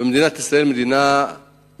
ומדינת ישראל היא מדינה מצוינת,